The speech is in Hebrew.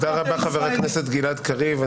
תודה רבה חבר הכנסת גלעד קריב.